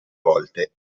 volte